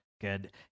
Good